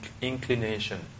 inclination